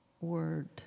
word